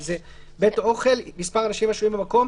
זה בית אוכל, מספר אנשי היושבים במקום.